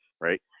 right